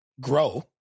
grow